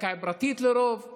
על קרקע פרטית לרוב,